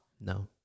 no